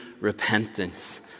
repentance